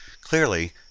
Clearly